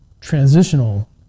transitional